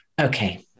okay